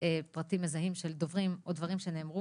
פרטים מזהים של דוברים או דברים שנאמרו,